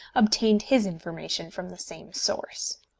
obtained his information from the same source.